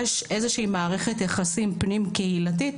יש איזו שהיא מערכת יחסים פנים קהילתית